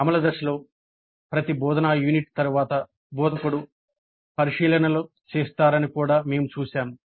అమలు దశలో ప్రతి బోధనా యూనిట్ తరువాత బోధకుడు పరిశీలనలు చేస్తారని కూడా మేము చూశాము